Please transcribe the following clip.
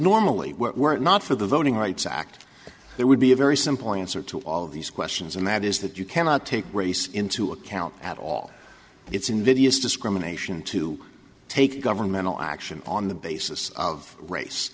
normally we're not for the voting rights act there would be a very simple answer to all of these questions and that is that you cannot take race into account at all it's invidious discrimination to take governmental action on the basis of